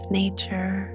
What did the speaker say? nature